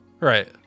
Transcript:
right